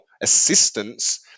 assistance